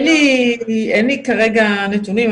אין לי כרגע נתונים,